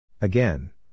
Again